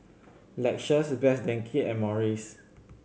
Lexus Best Denki and Morries